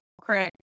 Correct